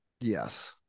yes